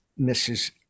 Mrs